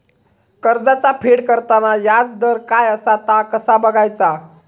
कर्जाचा फेड करताना याजदर काय असा ता कसा बगायचा?